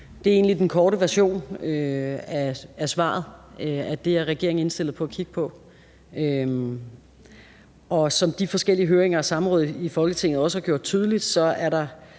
Det er egentlig den korte version af svaret, altså at det er regeringen indstillet på at kigge på. Som de forskellige høringer og samråd i Folketinget også har gjort tydeligt, er der